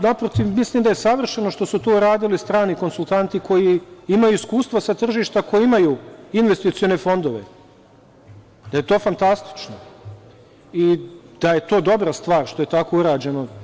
Naprotiv, mislim da je savršeno što su to uradili strani konsultanti koji imaju iskustva sa tržišta koja imaju investicione fondove, da je to fantastično i da je to dobra stvar što je tako urađeno.